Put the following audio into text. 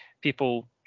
people